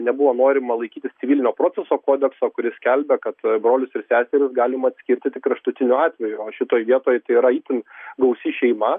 nebuvo norima laikytis civilinio proceso kodekso kuris skelbia kad brolis ir seseris galima atskirti tik kraštutiniu atveju o šitoj vietoj tai yra itin gausi šeima